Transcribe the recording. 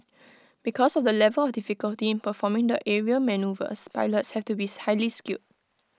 because of the level of difficulty in performing aerial manoeuvres pilots have to be highly skilled